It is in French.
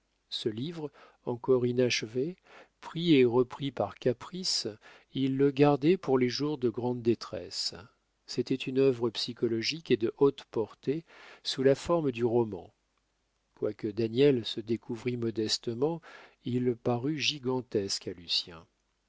ce livre encore inachevé pris et repris par caprice il le gardait pour les jours de grande détresse c'était une œuvre psychologique et de haute portée sous la forme du roman quoique daniel se découvrît modestement il parut gigantesque